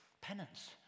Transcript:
penance